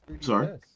Sorry